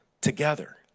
together